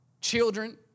Children